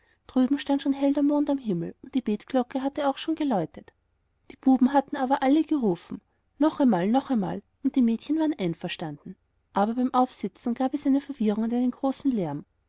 drüben stand schon hell der mond am himmel und die betglocke hatte auch schon geläutet die buben hatten aber alle gerufen noch einmal noch einmal und die mädchen waren einverstanden aber beim aufsitzen gab es eine verwirrung und einen großen lärm